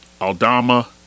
Aldama